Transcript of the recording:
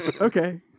Okay